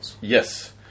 Yes